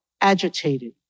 agitated